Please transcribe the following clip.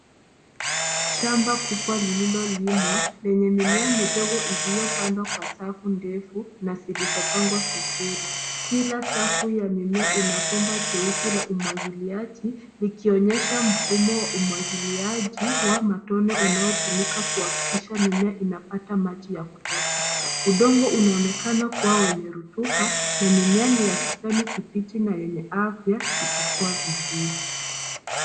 Shamba kubwa lililomwa, lenye mimea midogo iliyopandwa kwa safu ndefu na zilizopangwa vizuri. Kila safu ya mimea ina bomba jeusi la umwagiliaji, likionyesha mfumo wa umwagiliaji wa matone unaotumika kuhakikisha mimea inapata maji ya kutosha. Udongo unaonekana kuwa wenye rutuba na mimea ni ya kijani kibichi na yenye afya ikikua vizuri.